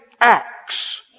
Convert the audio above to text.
acts